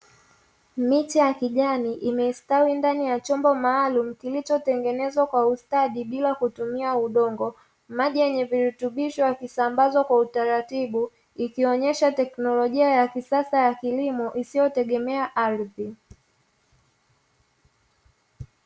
Miti ya kijani imestawi ndani ya chombo maalumu kilichotengenezwa kwa ustadi bila kutumia udongo, maji yenye virutubisho yakisambazwa kwa utaratibu ikionyesha teknolojia ya kisasa ya kilimo isiyotegemea ardhi.